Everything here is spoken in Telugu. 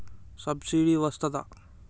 సబ్సిడీ వస్తదా?